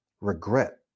regret